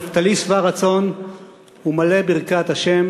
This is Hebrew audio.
"נפתלי שבע רצון ומלא ברכת ה'"